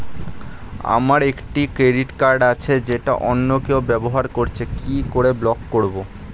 আমার একটি credit card আছে যেটা অন্য কেউ ব্যবহার করছে কি করে ব্লক করবো?